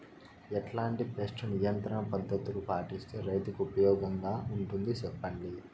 ఎట్లాంటి పెస్ట్ నియంత్రణ పద్ధతులు పాటిస్తే, రైతుకు ఉపయోగంగా ఉంటుంది సెప్పండి?